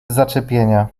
zaczepienia